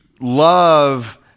love